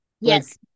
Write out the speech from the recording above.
Yes